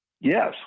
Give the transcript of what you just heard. Yes